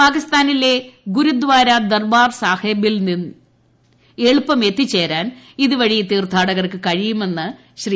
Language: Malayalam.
പാകിസ്ഥാനിലെ ഗുരുദാര ദർബാർ സാഹിബിൽ എളുപ്പം എത്തിച്ചേരാൻ ഇതുവഴി തീർത്ഥാടകർക്ക് കഴിയുമെന്ന് ശ്രീ